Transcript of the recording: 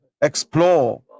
explore